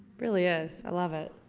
really is i love it.